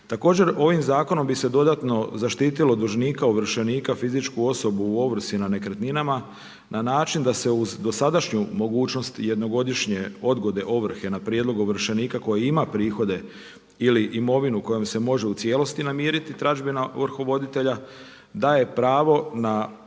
Također ovim zakonom bi se dodatno zaštitilo dužnika, ovršenika, fizičku osobu u ovrsi na nekretninama na način da se uz dosadašnju mogućnost jednogodišnje odgode ovrhe na prijedlog ovršenika koji ima prihode ili imovinu kojom se može u cijelosti namiriti tražbina rukovoditelja daje pravo na odgodu